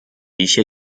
一些